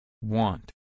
Want